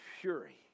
fury